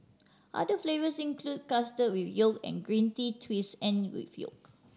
other flavours include custard with yolk and green tea twist and with yolk